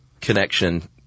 connection